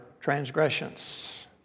transgressions